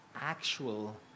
actual